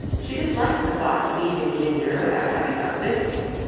she disliked the thought of leaving ginger without having uplifted him.